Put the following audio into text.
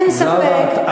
אין ספק,